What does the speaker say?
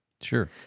Sure